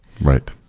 right